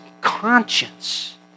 conscience